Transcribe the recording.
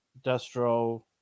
Destro